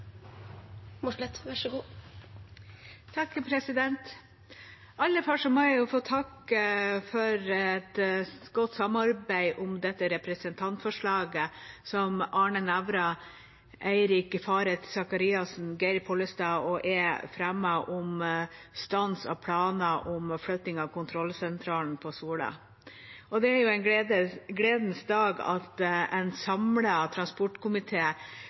må jeg få takke for et godt samarbeid om dette representantforslaget, som Arne Nævra, Eirik Faret Sakariassen, Geir Pollestad og jeg har fremmet om stans av planer om flytting av kontrollsentralen på Sola. Det er jo en gledens dag når en